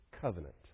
covenant